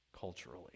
culturally